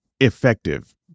effective